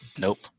Nope